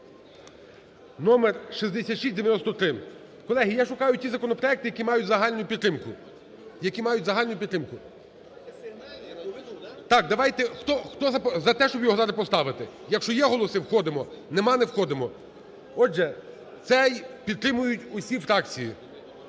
Номер 6693. Колеги, я шукаю ті законопроекти, які мають загальну підтримку, які мають загальну підтримку. Так, давайте хто за те, щоб його зараз поставити. Якщо є голоси – входимо, немає – не входимо. Отже, цей підтримують усі фракції.